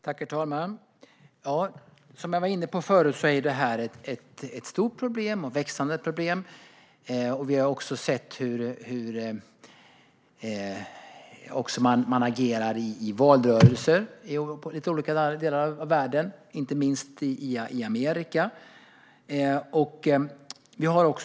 Herr talman! Som jag var inne på förut är detta ett stort och växande problem. Vi har sett hur man agerar i valrörelser i lite olika delar av världen, inte minst i Amerika.